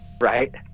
right